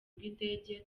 rw’indege